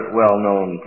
well-known